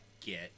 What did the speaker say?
get